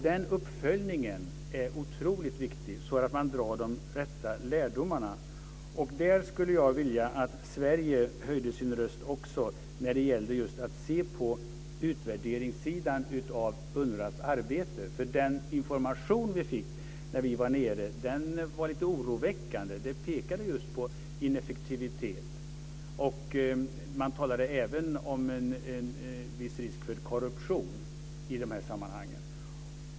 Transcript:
Den uppföljningen är otroligt viktig för att man ska kunna dra de rätta lärdomarna. Jag skulle vilja att Sverige höjde sin röst också när det gäller att se på utvärderingssidan av UNRWA:s arbete. Den information vi fick när vi var där nere var lite oroväckande. Den pekade just på ineffektivitet. Man talade även om en viss risk för korruption i de här sammanhangen.